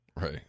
Right